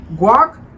guac